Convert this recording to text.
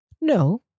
No